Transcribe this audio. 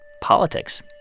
politics